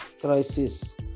Crisis